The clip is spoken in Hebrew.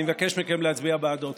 אני מבקש מכם להצביע בעדו.